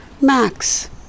Max